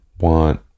want